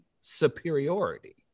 superiority